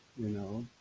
you know,